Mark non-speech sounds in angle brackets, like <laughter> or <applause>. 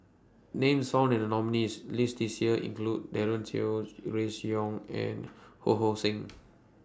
Names found in The nominees' list This Year include Daren Shiau Grace Young and Ho Hong Sing <noise>